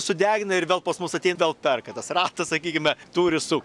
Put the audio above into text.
sudegina ir vėl pas mus atei vėl perka tas ratas sakykime turi sukt